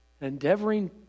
endeavoring